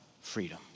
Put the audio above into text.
freedom